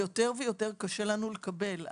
יותר ויותר קשה לנו לקבל.